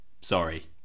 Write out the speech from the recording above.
Sorry